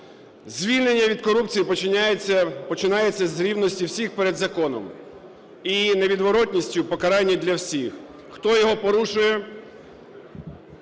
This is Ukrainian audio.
Звільнення від корупції починається з рівності всіх перед законом і невідворотності покарання для всіх. Хто його порушує,